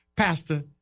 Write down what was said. Pastor